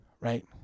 right